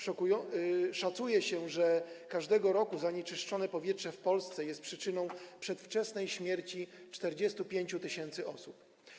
Szacuje się, że każdego roku zanieczyszczone powietrze w Polsce jest przyczyną przedwczesnej śmierci 45 tys. osób.